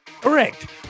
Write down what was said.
Correct